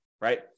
right